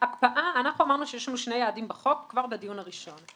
הקפאה אנחנו אמרנו שיש לנו שני יעדים בחוק כבר בדיון הראשון.